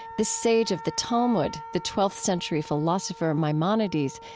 the sage of the talmud, the twelfth century philosopher maimonides,